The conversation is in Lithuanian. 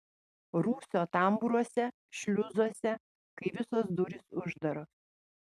rūsio tambūruose šliuzuose kai visos durys uždaros